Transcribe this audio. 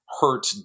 hurt